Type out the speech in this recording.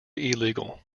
illegal